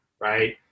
right